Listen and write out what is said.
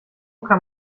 kann